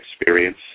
experience